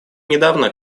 недавно